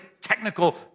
technical